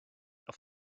auf